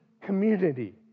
community